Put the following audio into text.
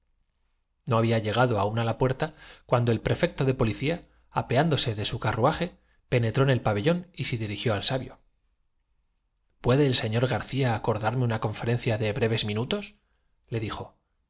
no había llegado aún á la puerta cuando el prefecto lógica fuese en aquellos tiempos fabulosos una ciencia de policía apeándose de su carruaje penetró en el tan exigente como lo es en nuestros días nos expone pabellón y se dirigió al sabio mos á seguir ignorando cuál fué la patria del cantor de troya si al preguntarle dónde vió la j puede el señor garcía acordarme una conferen luz primera cia de breves minutos le dijo